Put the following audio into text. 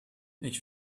ich